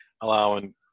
allowing